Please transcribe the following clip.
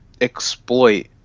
exploit